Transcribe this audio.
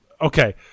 okay